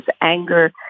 anger